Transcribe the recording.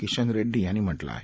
किशन रेड्डी यांनी म्हटलं आहे